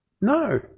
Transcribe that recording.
No